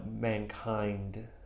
mankind